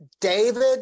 David